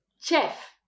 Chef